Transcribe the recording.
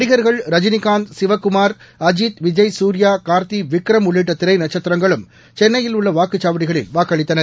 நடிகர்கள் ரஜினிகாந்த் சிவக்குமார் அஜித் விஜய் குரியா கார்த்தி விக்ரம் உள்ளிட்ட திரை நட்சத்திரங்களும் சென்னையில் உள்ள வாக்குச்சாவடிகளில் வாக்களித்தனர்